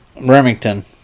...Remington